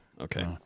Okay